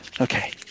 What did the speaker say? Okay